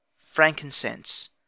frankincense